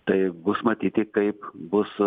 tai bus matyti kaip bus